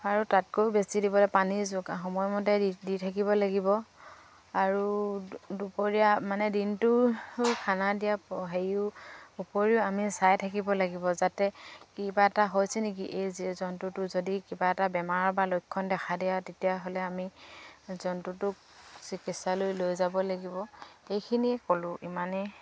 আৰু তাতকৈও বেছি দিবলৈ পানী যোগ সময়মতে দি দি থাকিব লাগিব আৰু দুপৰীয়া মানে দিনটো খানা দিয়া হেৰিও উপৰিও আমি চাই থাকিব লাগিব যাতে কিবা এটা হৈছে নেকি এই জন্তুটো যদি কিবা এটা বেমাৰৰ বা লক্ষণ দেখা দিয়া তেতিয়াহ'লে আমি জন্তুটোক চিকিৎসালয় লৈ যাব লাগিব এইখিনিয়ে ক'লোঁ ইমানেই